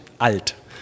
Alt